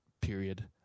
period